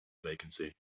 vacancy